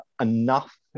enough